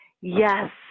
Yes